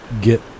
get